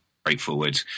straightforward